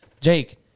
Jake